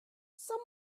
some